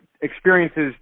Experiences